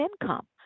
income